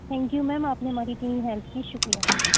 thank you ma'am آپ نے ہماری اتنی ہیلپ کی شُکریہ